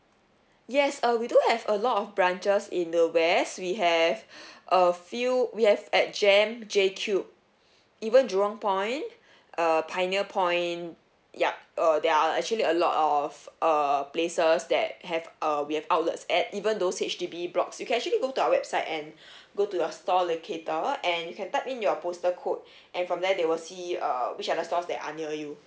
yes uh we do have a lot of branches in the west we have a few we have at jem jcube even jurong point uh pioneer point yup uh there are actually a lot of uh places that have uh we have outlets at even those H_D_B blocks you can actually go to our website and go to your store locator and you can type in your postal code and from there they will see uh which are the stores that are near you